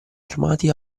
armati